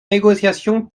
négociation